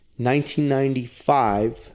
1995